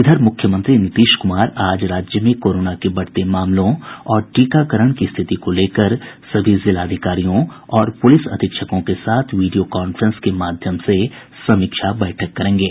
इधर मुख्यमंत्री नीतीश कुमार आज राज्य में कोरोना के बढ़ते मामलों और टीकाकरण की स्थिति को लेकर सभी जिलाधिकारियों और पुलिस अधीक्षकों के साथ विडियो कांफ्रेंस के माध्यम से समीक्षा बैठक करेंगे